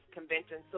Convention